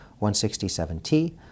167T